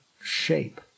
shape